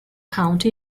county